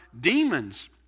demons